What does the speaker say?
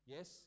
Yes